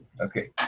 okay